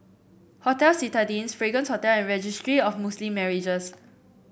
Hotel Citadines Fragrance Hotel and Registry of Muslim Marriages